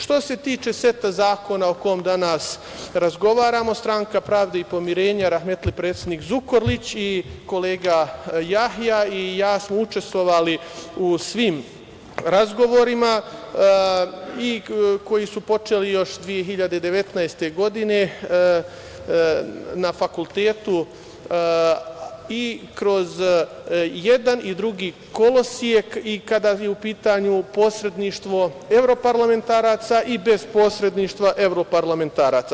Što se tiče seta zakona o kome danas razgovaramo, stranka Pravde i pomirenja, rahmetli predsednik Zukorlić i kolega Jahja i ja smo učestvovali u svim razgovorima koji su počeli još 2019. godine na fakultetu i kroz jedan i drugi kolosek i kada je u pitanju posredništvo evroparlamentaraca i bez posredništva evroparlamentaraca.